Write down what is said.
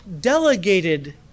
delegated